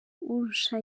urusha